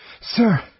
Sir